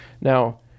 Now